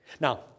Now